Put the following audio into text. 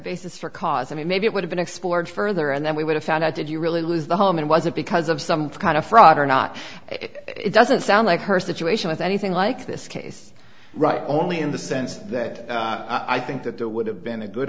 basis for cause i mean maybe it would've been explored further and then we would have found out did you really lose the home and was it because of some kind of fraud or not it doesn't sound like her situation with anything like this case right only in the sense that i think that there would have been a good